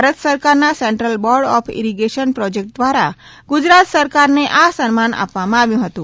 ભારત સરકારના central board of irrigation project દ્વારા ગુજરાત સરકારને આ સન્માન આપવામાં આવ્યું હતું